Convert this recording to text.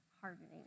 hardening